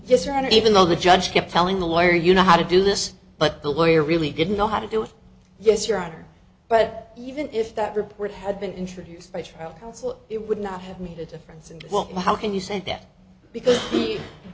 learned even though the judge kept telling the lawyer you know how to do this but the lawyer really didn't know how to do it yes your honor but even if that report had been introduced by trial counsel it would not have made a difference and well how can you say that because the